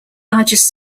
largest